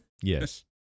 Yes